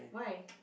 why